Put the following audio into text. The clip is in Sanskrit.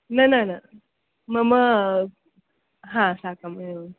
न न न मम हा साकम् एवम्